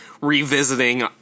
revisiting